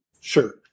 Sure